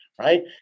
Right